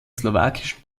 slowakischen